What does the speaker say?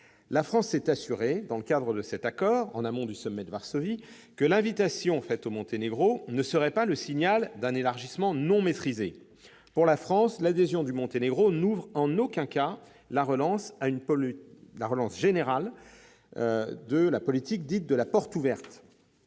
la France s'est assurée, en amont du sommet de Varsovie, que l'invitation faite au Monténégro ne serait pas le signal d'un élargissement non maîtrisé. Pour la France, l'adhésion du Monténégro n'ouvre en aucun cas la voie à une relance générale de la politique dite « de la porte ouverte